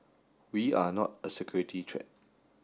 we are not a security threat